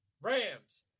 Rams